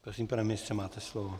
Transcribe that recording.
Prosím, pane ministře, máte slovo.